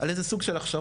על איזה סוג של הכשרות,